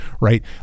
right